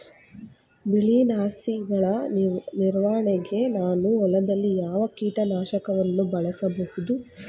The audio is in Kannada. ಬಿಳಿ ನುಸಿಗಳ ನಿವಾರಣೆಗೆ ನಾನು ಹೊಲದಲ್ಲಿ ಯಾವ ಕೀಟ ನಾಶಕವನ್ನು ಬಳಸಬಹುದು?